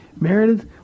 Meredith